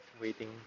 Waiting